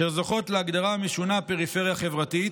זוכות להגדרה המשונה "פריפריה חברתית",